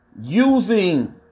using